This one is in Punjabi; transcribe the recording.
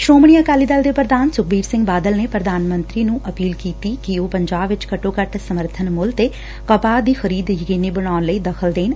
ਸ੍ਰੋਮਣੀ ਅਕਾਲੀ ਦਲ ਦੇ ਪ੍ਰਧਾਨ ਸੁਖਬੀਰ ਸਿੰਘ ਬਾਦਲ ਨੇ ਪ੍ਰਧਾਨ ਮੰਤਰੀ ਨੁੰ ਅਪੀਲ ਕੀਤੀ ਕਿ ਉਹ ਪੰਜਾਬ ਵਿਚ ਘੱਟੋ ਘੱਟ ਸਮਰਬਨ ਮੁੱਲ ਤੇ ਕਪਾਹ ਦੀ ਖ਼ਰੀਦ ਯਕੀਨੀ ਬਣਾਉਣ ਲਈ ਦਖਲ ਦੇਣ